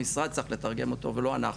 המשרד צריך לתרגם אותו ולא אנחנו.